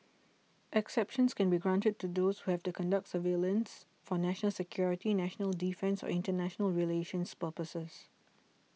exceptions can be granted to those who have to conduct surveillance for national security national defence or international relations purposes